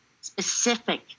specific